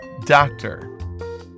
doctor